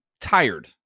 tired